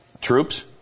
Troops